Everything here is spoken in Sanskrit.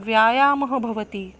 व्यायामः भवति